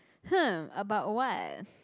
hmm about what